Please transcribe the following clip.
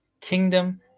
kingdom